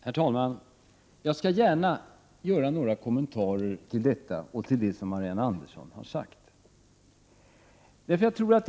Herr talman! Jag skall gärna göra några kommentarer till detta och till det övriga som Marianne Andersson har sagt.